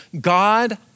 God